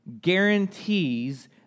guarantees